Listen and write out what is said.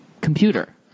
computer